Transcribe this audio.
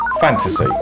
Fantasy